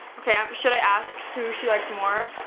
okay, should i ask who she likes more?